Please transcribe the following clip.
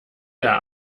der